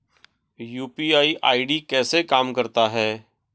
UPI ID कैसे काम करता है?